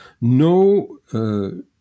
no